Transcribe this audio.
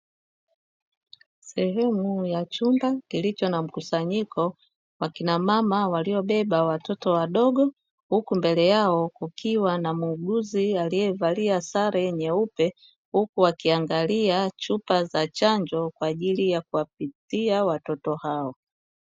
Sehemu ya chumba kilicho na mkusanyiko wa kina mama waliobeba watoto wadogo, huku mbele yao kukiwa na muuguzi aliyevalia sare nyeupe, huku wakiangalia chupa za chanjo kwa ajili ya kuwapatia watoto hao.